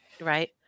Right